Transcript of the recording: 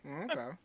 Okay